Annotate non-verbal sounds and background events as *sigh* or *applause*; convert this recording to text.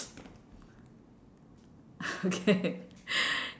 *laughs* okay